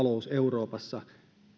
talous euroopassa